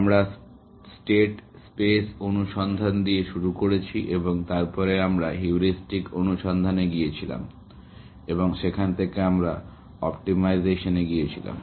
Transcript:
আমরা state space অনুসন্ধান দিয়ে শুরু করেছি এবং তারপরে আমরা হিউরিস্টিক অনুসন্ধানে গিয়েছিলাম এবং সেখান থেকে আমরা অপ্টিমাইজেশানে গিয়েছিলাম